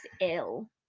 ill